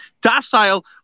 docile